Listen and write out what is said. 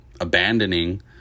abandoning